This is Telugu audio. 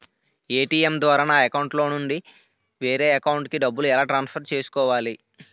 ఏ.టీ.ఎం ద్వారా నా అకౌంట్లోనుంచి వేరే అకౌంట్ కి డబ్బులు ట్రాన్సఫర్ ఎలా చేసుకోవాలి?